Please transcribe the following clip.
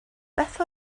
beth